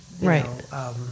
Right